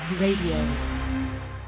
Radio